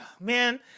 Man